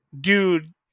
dude